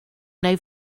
neu